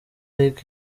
luc